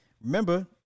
remember